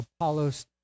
Apollos